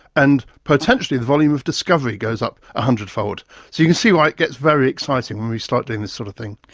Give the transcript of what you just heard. and potentially the volume of discovery goes up one hundred fold. so you can see why it gets very exciting when we start doing this sort of thing.